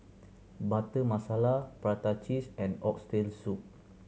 Butter Masala prata cheese and Oxtail Soup